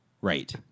Right